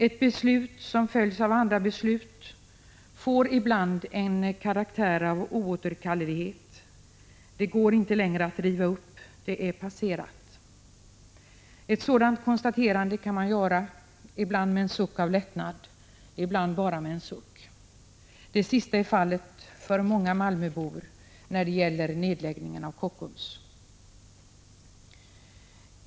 Ett beslut som följs av andra beslut får ibland en karaktär av oåterkallelighet. Det går inte längre att riva upp — det är passerat. Ett sådant konstaterande kan man göra, ibland med en suck av lättnad, ibland bara med en suck. Det sista är fallet för många malmöbor när det gäller nedläggningen av Kockums.